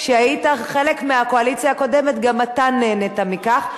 כשהיית חלק מהקואליציה הקודמת, גם אתה נהנית מכך.